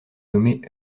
nommée